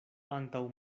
antaŭ